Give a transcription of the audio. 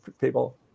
people